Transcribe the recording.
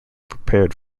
prepared